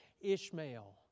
Ishmael